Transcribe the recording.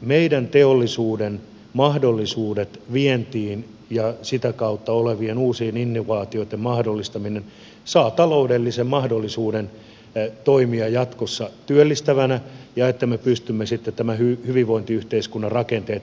meidän teollisuuden mahdollisuudet vientiin ja sitä kautta uusien innovaatioitten mahdollistaminen saavat taloudellisen mahdollisuuden toimia jatkossa työllistävänä ja niin että me pystymme sitten tämän hyvinvointiyhteiskunnan rakenteet rahoittamaan jatkossa